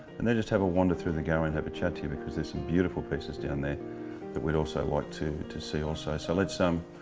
and then just have a wander through the gallery and have a chat to you because there's some beautiful pieces down there that we'd also like to to see also. so lets,